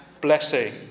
blessing